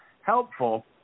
helpful